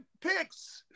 picks